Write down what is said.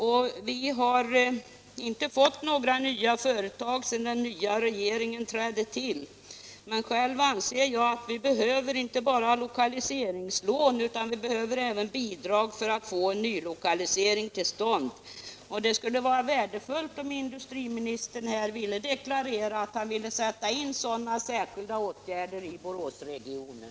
Vi har inte fått några nya företag sedan den nya regeringen trädde till, men jag anser att vi behöver inte bara lokaliseringslån utan även bidrag för att få nylokalisering till stånd. Det skulle vara värdefullt om industriministern här ville deklarera att han vill sätta in sådana särskilda åtgärder i Boråsregionen.